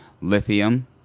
lithium